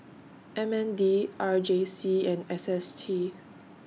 M N D R J C and S S T